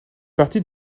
partie